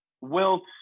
wilt